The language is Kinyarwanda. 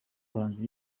bahanzi